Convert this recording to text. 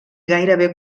gairebé